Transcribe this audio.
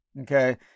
Okay